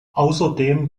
außerdem